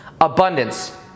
abundance